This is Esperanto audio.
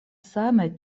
same